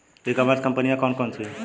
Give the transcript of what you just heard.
ई commerce कंपनियाँ कौन कौन सी हैं?